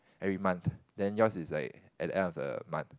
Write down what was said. every month then yours is like at the end of the month